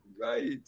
Right